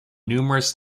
numerous